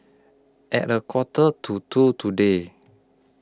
At A Quarter to two today